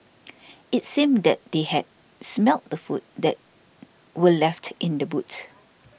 it seemed that they had smelt the food that were left in the boot